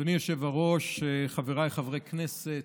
אדוני היושב-ראש, חבריי חברי הכנסת,